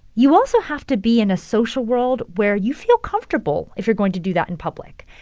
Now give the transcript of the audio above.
you also have to be in a social world where you feel comfortable if you're going to do that in public.